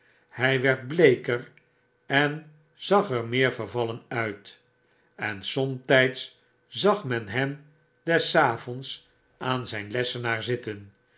hjj werd bleeker en zag er meer vervallen uit en somtyds zag men hem des avonds aan zjjn lessenaar zitten